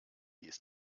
ist